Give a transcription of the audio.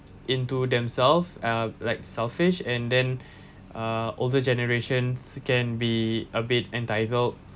into themselves uh like selfish and then uh older generations can be a bit entitled